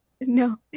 No